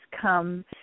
come